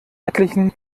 etlichen